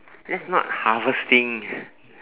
that's not harvesting